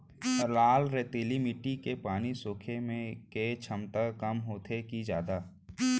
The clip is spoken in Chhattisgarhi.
लाल रेतीली माटी के पानी सोखे के क्षमता कम होथे की जादा?